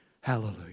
Hallelujah